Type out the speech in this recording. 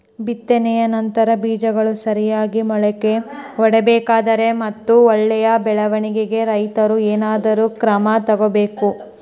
ಬಿತ್ತನೆಯ ನಂತರ ಬೇಜಗಳು ಸರಿಯಾಗಿ ಮೊಳಕೆ ಒಡಿಬೇಕಾದರೆ ಮತ್ತು ಒಳ್ಳೆಯ ಬೆಳವಣಿಗೆಗೆ ರೈತರು ಏನೇನು ಕ್ರಮ ತಗೋಬೇಕು?